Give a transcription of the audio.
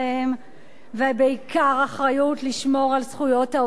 ובעיקר אחריות לשמור על זכויות העובדים בישראל.